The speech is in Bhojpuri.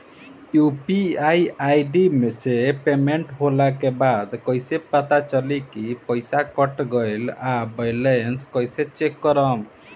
यू.पी.आई आई.डी से पेमेंट होला के बाद कइसे पता चली की पईसा कट गएल आ बैलेंस कइसे चेक करम?